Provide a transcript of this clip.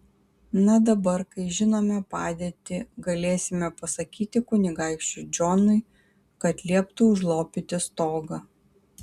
na dabar kai žinome padėtį galėsime pasakyti kunigaikščiui džonui kad lieptų užlopyti stogą